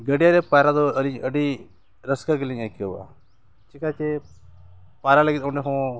ᱜᱟᱹᱰᱭᱟᱹ ᱨᱮ ᱯᱟᱭᱨᱟ ᱫᱚ ᱟᱹᱞᱤᱧ ᱟᱹᱰᱤ ᱨᱟᱹᱥᱠᱟᱹ ᱜᱮᱞᱤᱧ ᱟᱹᱭᱠᱟᱹᱣᱟ ᱪᱤᱠᱟᱹ ᱡᱮ ᱯᱟᱭᱨᱟ ᱞᱟᱹᱜᱤᱫ ᱚᱸᱰᱮᱦᱚᱸ